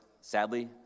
Sadly